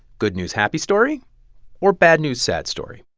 good news, happy story or bad news, sad story?